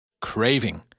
Craving